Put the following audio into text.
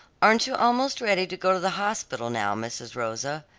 aren't you almost ready to go to the hospital, now, mrs. rosa?